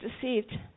deceived